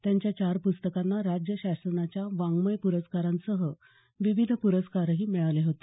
त्यांच्या चार पुस्तकांना राज्य शासनाच्या वाङमय पुरस्कारांसह विविध प्रस्कारही मिळाले होते